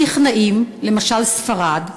הנכנעים, למשל ספרד,